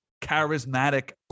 charismatic